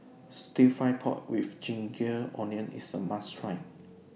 Stir Fry Pork with Ginger Onions IS A must Try